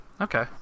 Okay